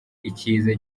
ikiza